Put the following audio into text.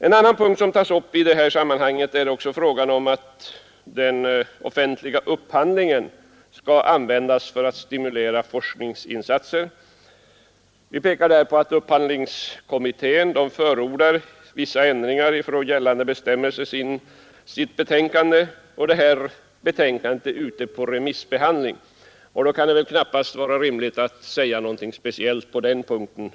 Ett annat förslag som tas upp i detta sammanhang är att den offentliga upphandlingen skall användas för att stimulera forskningsinsatser. Vi pekar på att upphandlingskommittén i sitt betänkande förordar vissa ändringar i gällande bestämmelser. Detta betänkande är ute på remissbehandling, och under sådana förhållanden kan det väl knappast vara rimligt att säga någonting speciellt på den punkten.